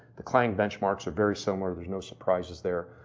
the clang benchmarks are very similar. there's no surprises there.